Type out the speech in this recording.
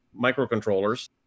microcontrollers